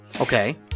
Okay